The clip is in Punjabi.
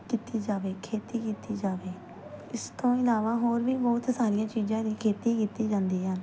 ਕੀਤੀ ਜਾਵੇ ਖੇਤੀ ਕੀਤੀ ਜਾਵੇ ਇਸ ਤੋਂ ਇਲਾਵਾ ਹੋਰ ਵੀ ਬਹੁਤ ਸਾਰੀਆਂ ਚੀਜ਼ਾਂ ਦੀ ਖੇਤੀ ਕੀਤੀ ਜਾਂਦੀ ਹੈ